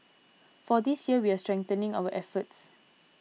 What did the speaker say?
for this year we're strengthening our efforts